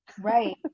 Right